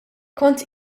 kont